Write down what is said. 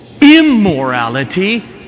immorality